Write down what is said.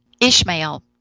ishmael